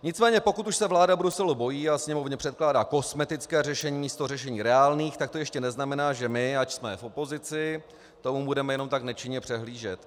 Nicméně pokud už se vláda Bruselu bojí a Sněmovně předkládá kosmetická řešení místo řešení reálných, tak to ještě neznamená, že my, ač jsme v opozici, tomu budeme jenom tak nečinně přihlížet.